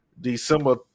December